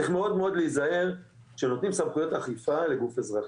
צריך מאוד מאוד להיזהר כשנותנים סמכויות אכיפה לגוף אזרחי.